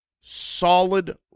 solid